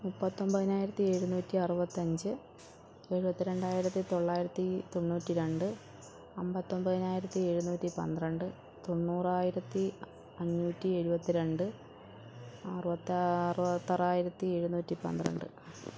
മുപ്പത്തി ഒൻപതിനായിരത്തി എഴുന്നൂറ്റി അറുപത്തഞ്ച് എഴുപത്തി രണ്ടായിരത്തി തൊള്ളായിരത്തി തൊണ്ണൂറ്റി രണ്ട് അൻപത്തി ഒൻപതിനായിരത്തി എഴുനൂറ്റി പന്ത്രണ്ട് തൊണ്ണൂറായിരത്തി അഞ്ഞൂറ്റി എഴുപത്തി രണ്ട് അറുപത്തി ആറായിരത്തി എഴുന്നൂറ്റി പന്ത്രണ്ട്